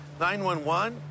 911